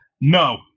No